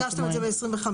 שביקשתם את זה ב-25'.